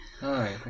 Hi